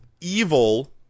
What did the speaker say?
evil